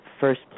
first